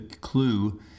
clue